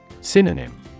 Synonym